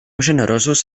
generosos